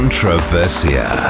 Controversia